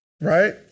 Right